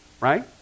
right